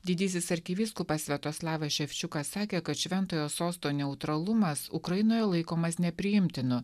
didysis arkivyskupas sviatoslavas ševčiukas sakė kad šventojo sosto neutralumas ukrainoje laikomas nepriimtinu